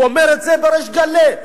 הוא אומר את זה בריש גלי.